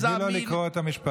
מין" תני לו לקרוא את המשפט.